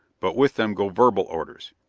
but with them go verbal orders.